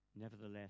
Nevertheless